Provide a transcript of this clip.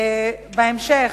בהמשך,